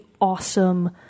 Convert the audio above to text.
awesome